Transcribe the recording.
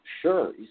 sure